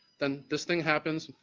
then this thing happens,